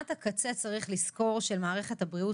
צריך לזכור שמשימת הקצה במערכת הבריאות